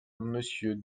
monsieur